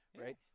right